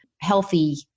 healthy